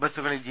ബസുകളിൽ ജി